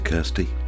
Kirsty